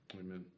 amen